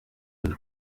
nun